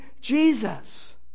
Jesus